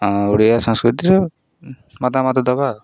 ଆମ ଓଡ଼ିଆ ସଂସ୍କୃତିର ମତାମତ ଦେବା